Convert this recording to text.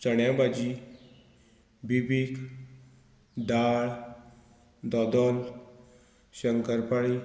चण्याबाजी बिबीक दाळ दोदल शंकरपाळी